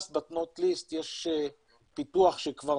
Last but not least, יש פיתוח שנמשך